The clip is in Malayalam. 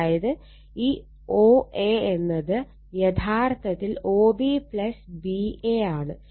അതായത് ഈ OA എന്നത് യഥാർത്ഥത്തിൽ OB BA ആണ്